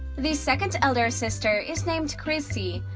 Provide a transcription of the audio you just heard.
the second elder sister is named crissy.